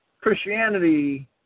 Christianity